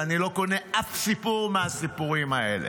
ואני לא קונה אף סיפור מהסיפורים האלה.